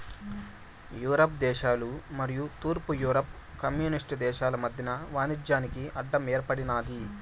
Europe దేశాలు మరియు తూర్పు యూరప్ కమ్యూనిస్టు దేశాలు మధ్యన వాణిజ్యానికి అడ్డం ఏర్పడినాది